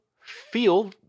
feel